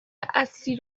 اصلی